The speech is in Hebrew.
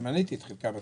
ומניתי את חלקן.